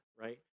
right